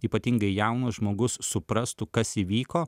ypatingai jaunas žmogus suprastų kas įvyko